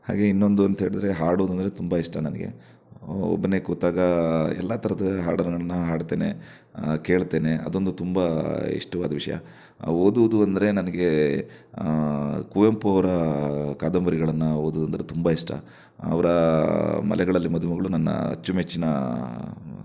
ಹಾಗೆ ಇನ್ನೊಂದು ಅಂತ ಹೇಳಿದರೆ ಹಾಡೋದು ಅಂದರೆ ತುಂಬ ಇಷ್ಟ ನನಗೆ ಒಬ್ಬನೇ ಕೂತಾಗ ಎಲ್ಲ ಥರದ ಹಾಡುಗಳನ್ನು ಹಾಡ್ತೇನೆ ಕೇಳ್ತೇನೆ ಅದೊಂದು ತುಂಬ ಇಷ್ಟವಾದ ವಿಷಯ ಓದುವುದು ಅಂದರೆ ನನಗೆ ಕುವೆಂಪು ಅವರ ಕಾದಂಬರಿಗಳನ್ನು ಓದೋದು ಅಂದರೆ ತುಂಬ ಇಷ್ಟ ಅವರ ಮಲೆಗಳಲ್ಲಿ ಮದುಮಗಳು ನನ್ನ ಅಚ್ಚುಮೆಚ್ಚಿನ